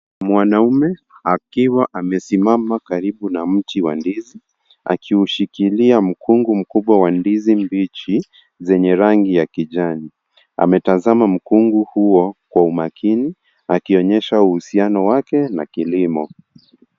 Mwanaume akiwa amesimama karibu na mti wa ndizi, akiushikilia mkungu mkubwa wa ndizi mbichi, zenye rangi ya kijani. Ametazama mkungu huo kwa umakini, akionyesha uhusiano wake na kilimo.